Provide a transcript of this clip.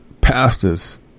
pastors